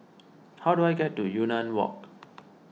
how do I get to Yunnan Walk